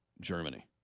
Germany